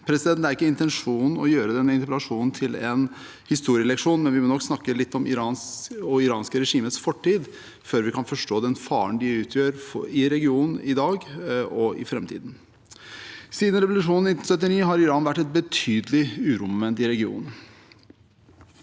Det er ikke intensjonen å gjøre denne interpellasjonen til en historieleksjon, men vi må nok snakke litt om Iran og det iranske regimets fortid før vi kan forstå den faren de utgjør i regionen – i dag og i framtiden. Siden revolusjonen i 1979 har Iran vært et betydelig uromoment i regionen.